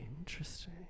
interesting